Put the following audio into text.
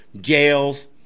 jails